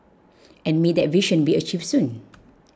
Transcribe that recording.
and may that vision be achieved soon